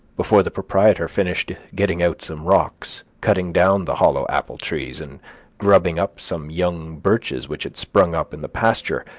before the proprietor finished getting out some rocks, cutting down the hollow apple trees, and grubbing up some young birches which had sprung up in the pasture,